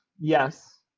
yes